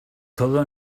todo